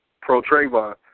pro-Trayvon